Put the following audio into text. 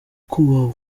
kubaha